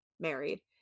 married